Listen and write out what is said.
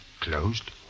closed